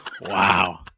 wow